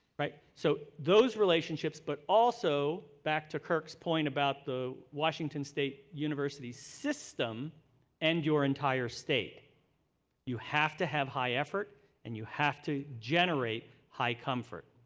but so those relationships. but also, back to kirk's point about the washington state university system and your entire state you have to have high effort and you have to generate high comfort.